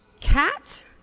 cat